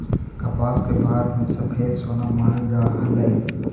कपास के भारत में सफेद सोना मानल जा हलई